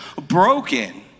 broken